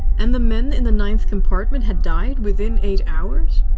and the men in the ninth compartment had died within eight hours?